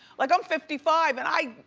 like i'm fifty five and i